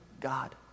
God